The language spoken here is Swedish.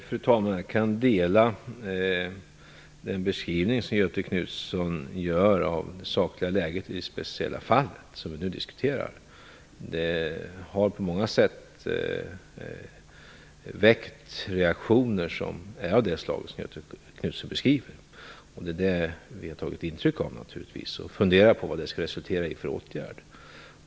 Fru talman! Jag kan hålla med om den beskrivning som Göthe Knutson gör av det sakliga läget i det speciella fall som vi nu diskuterar. Fallet har på många sätt väckt reaktioner av det slag som Göthe Knutson beskriver. Det är naturligtvis det vi har tagit intryck av och vi funderar på vad det skall resultera i för åtgärd.